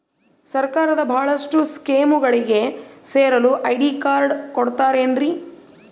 ಸರ್ಕಾರದ ಬಹಳಷ್ಟು ಸ್ಕೇಮುಗಳಿಗೆ ಸೇರಲು ಐ.ಡಿ ಕಾರ್ಡ್ ಕೊಡುತ್ತಾರೇನ್ರಿ?